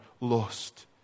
lost